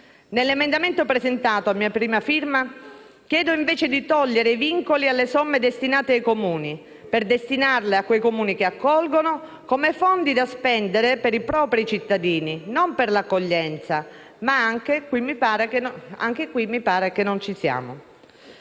Nell'emendamento presentato, a mia prima firma, chiedo invece di togliere i vincoli alle somme destinate ai Comuni per devolverle a quei Comuni che accolgono come fondi da spendere per i propri cittadini non per l'accoglienza; ma anche in questo caso mi pare che non ci siamo.